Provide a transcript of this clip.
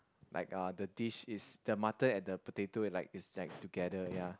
like uh the dish is the mutton and the potato like is like together ya